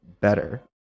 better